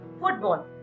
football